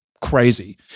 crazy